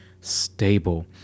stable